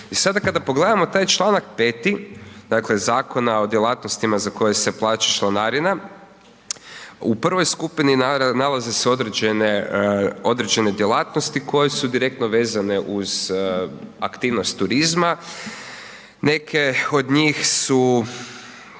i sada kada pogledamo taj čl. 5., dakle, Zakona o djelatnostima za koje se plaća članarina, u prvoj skupini nalaze se određene djelatnosti koje su direktno vezane uz aktivnost turizma, neke od njih su,